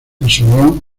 asumió